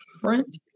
front